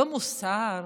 לא מוסר,